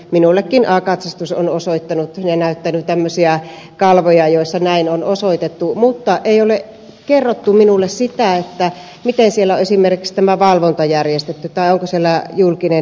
minullekin a katsastus on osoittanut ja näyttänyt tällaisia kalvoja joissa näin on osoitettu mutta ei ole kerrottu minulle sitä miten siellä on esimerkiksi tämä valvonta järjestetty tai onko siellä julkinen hintarekisteri ynnä muuta